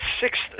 sixth